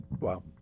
wow